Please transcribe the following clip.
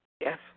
Yes